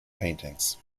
paintings